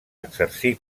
exercí